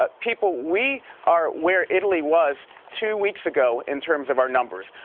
but people, we are where italy was two weeks ago in terms of our numbers.